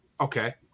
Okay